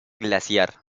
glaciar